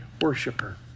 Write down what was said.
worshiper